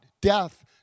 Death